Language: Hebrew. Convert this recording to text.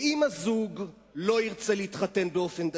ואם הזוג לא ירצה להתחתן באופן דתי,